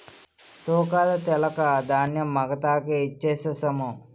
తూకాలు తెలక ధాన్యం మగతాకి ఇచ్ఛేససము